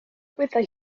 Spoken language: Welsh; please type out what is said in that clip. byddai